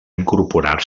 incorporar